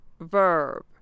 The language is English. verb